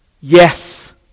yes